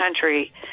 country